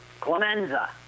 Clemenza